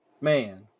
Man